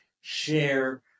share